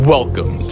Welcome